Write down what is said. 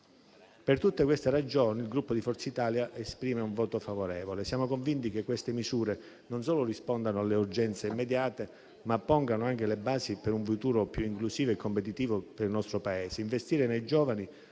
Per tutte queste ragioni, il Gruppo Forza Italia esprime un voto favorevole. Siamo convinti che queste misure non solo rispondano alle urgenze immediate, ma pongano anche le basi per un futuro più inclusivo e competitivo per il nostro Paese.